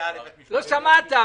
לא שמעת.